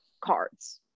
cards